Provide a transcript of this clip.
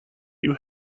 you